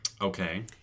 Okay